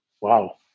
wow